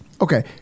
Okay